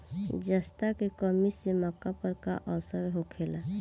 जस्ता के कमी से मक्का पर का असर होखेला?